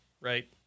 right